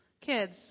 Kids